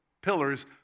pillars